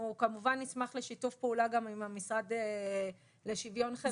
נשמח לשיתוף פעולה עם המשרד לשוויון חברתי.